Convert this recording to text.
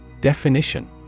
Definition